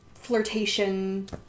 flirtation